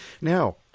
Now